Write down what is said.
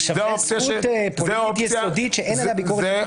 מדובר בזכות פוליטית-יסודית שאין עליה ביקורת חוקתית.